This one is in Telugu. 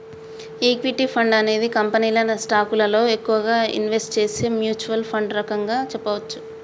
ఈక్విటీ ఫండ్ అనేది కంపెనీల స్టాకులలో ఎక్కువగా ఇన్వెస్ట్ చేసే మ్యూచ్వల్ ఫండ్ రకంగా చెప్పచ్చు